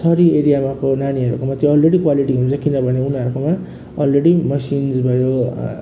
सहरी एरियाहरूको नानीहरूमा त्यो अलरेडी क्वालिटी हुन्छ किनभने उनीहरूकोमा अलरेडी मेसिन भयो